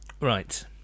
Right